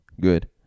Good